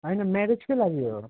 होइन म्यारेजकै लागि हो